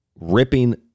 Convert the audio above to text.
ripping